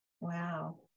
Wow